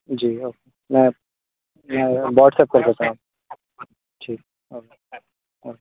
जी okay मैं मैं WhatsApp कर देता हूँ ठीक ओके ओके